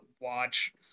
watch